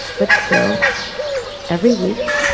but still every week,